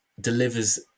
delivers